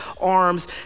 arms